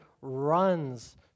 runs